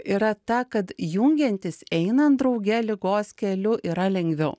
yra ta kad jungiantis einan drauge ligos keliu yra lengviau